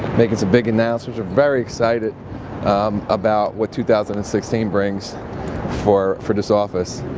making some big announcements. very excited about what two thousand and sixteen brings for for this office.